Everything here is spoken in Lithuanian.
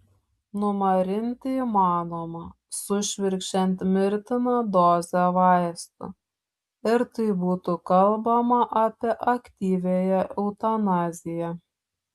numarinti įmanoma sušvirkščiant mirtiną dozę vaistų ir tai būtų kalbama apie aktyviąją eutanaziją